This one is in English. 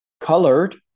colored